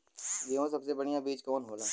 गेहूँक सबसे बढ़िया बिज कवन होला?